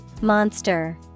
Monster